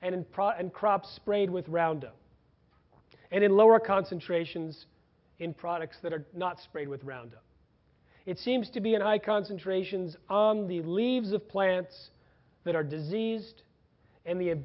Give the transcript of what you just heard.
improper and crop sprayed with rounded and in lower concentrations in products that are not sprayed with round it seems to be an eye concentrations of the leaves of plants that are diseased and the